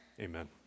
amen